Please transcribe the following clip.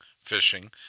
fishing